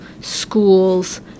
schools